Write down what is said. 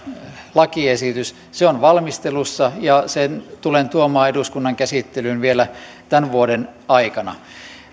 lakiesitys on valmistelussa ja sen tulen tuomaan eduskunnan käsittelyyn vielä tämän vuoden aikana